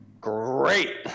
great